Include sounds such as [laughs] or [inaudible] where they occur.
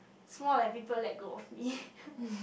it's more like people let go of me [laughs]